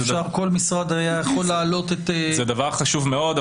כל משרד היה יכול להעלות את --- זה דבר חשוב מאוד,